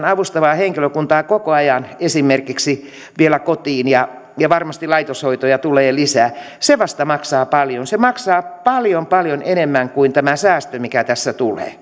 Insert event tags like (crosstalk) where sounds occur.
(unintelligible) avustavaa henkilökuntaa koko ajan esimerkiksi vielä kotiin ja ja varmasti laitoshoitoja tulee lisää se vasta maksaa paljon se maksaa paljon paljon enemmän kuin tämä säästö mikä tässä tulee (unintelligible)